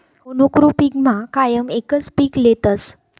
मोनॉक्रोपिगमा कायम एकच पीक लेतस